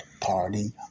party